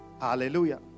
hallelujah